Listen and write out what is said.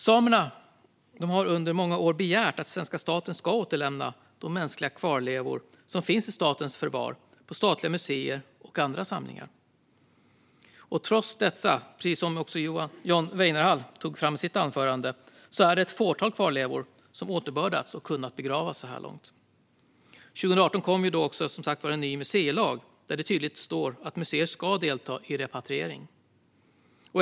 Samerna har under många år begärt att svenska staten ska återlämna de mänskliga kvarlevor som finns i statens förvar på statliga museer och i andra samlingar. Trots detta, precis som John Weinerhall tog upp i sitt anförande, är det ett fåtal kvarlevor som återbördats och kunnat begravas så här långt. År 2018 kom en ny museilag där det tydligt står att museer ska delta i repatriering.